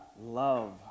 love